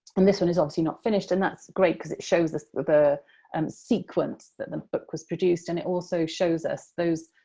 and this one is obviously not finished, and that's great, cause it shows us the the and sequence that the book was produced and it also shows us those